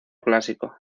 clásico